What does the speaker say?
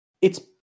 it's-